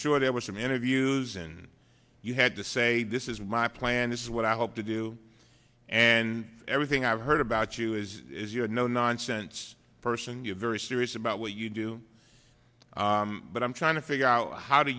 sure there were some interviews and you had to say this is my plan this is what i hope to do and everything i've heard about you is no nonsense person you're very serious about what you do but i'm trying to figure out how